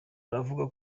aravuga